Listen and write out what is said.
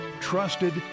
trusted